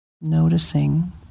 Noticing